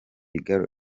igare